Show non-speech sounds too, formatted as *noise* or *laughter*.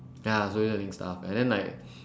ya slowly learning stuff and then like *breath*